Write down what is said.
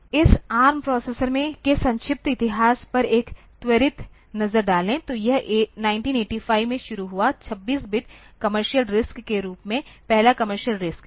इस ARM processor के संक्षिप्त इतिहास पर एक त्वरित नज़र डालें तो यह 1985 में शुरू हुआ 26 बिट कमर्शियल RISC के रूप में पहला कमर्शियल RISC